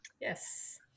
Yes